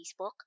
facebook